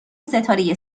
ستاره